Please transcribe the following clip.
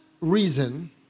reason